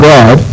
God